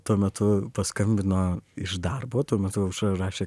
tuo metu paskambino iš darbo tuo metu aušra rašė